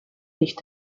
nicht